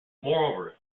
moreover